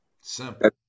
Simple